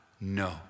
No